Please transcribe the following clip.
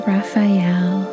Raphael